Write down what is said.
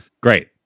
great